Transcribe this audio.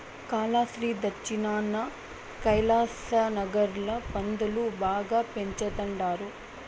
కాలాస్త్రి దచ్చినాన కైలాసనగర్ ల పందులు బాగా పెంచతండారు